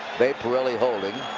babe parilli holding.